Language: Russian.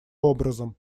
образом